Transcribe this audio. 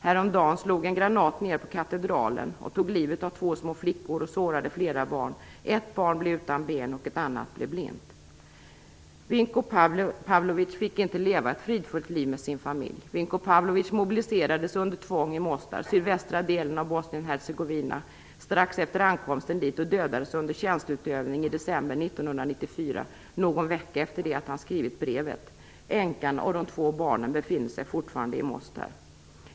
Häromdagen slog en granat ner på katedralen och tog livet av två små flickor och sårade flera barn, ett barn blev utan ben och ett annat blev blind." Vinko Pavlovic fick inte leva ett fridfullt liv med sin familj. Vinko Pavlovic mobiliserades under tvång i Mostar, i sydvästra delen av Bosnien-Hercegovina, strax efter ankomsten dit och dödades under tjänsteutövning i december 1994, någon vecka efter det att han skrivit brevet. Änkan och de två barnen befinner sig fortfarande i Mostar.